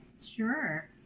sure